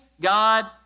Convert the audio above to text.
God